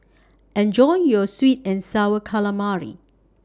Enjoy your Sweet and Sour Calamari